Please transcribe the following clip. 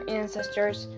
ancestors